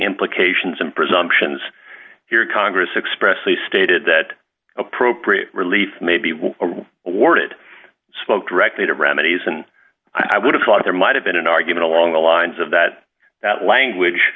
implications and presumptions here congress expressly stated that appropriate relief may be awarded spoke directly to remedies and i would have thought there might have been an argument along the lines of that that language